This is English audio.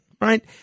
right